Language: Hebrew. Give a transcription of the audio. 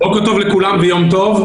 לכולם ויום טוב.